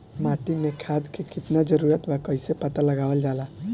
माटी मे खाद के कितना जरूरत बा कइसे पता लगावल जाला?